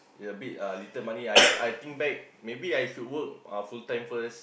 ya a bit ah little money I I think back maybe I should work uh full time first